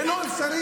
זה לא אפשרי.